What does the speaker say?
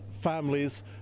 families